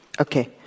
Okay